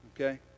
okay